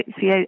See